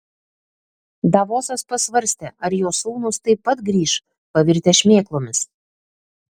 davosas pasvarstė ar jo sūnūs taip pat grįš pavirtę šmėklomis